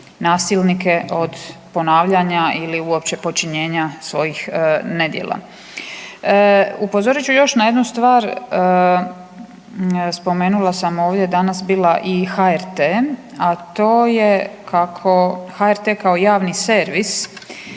nasilnike od ponavljanja ili uopće počinjenja svojih nedjela. Upozorit ću još na jednu stvar, spomenula sam ovdje danas bila i HRT, a to je kako HRT kao javni servis